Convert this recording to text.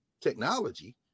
technology